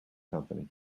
company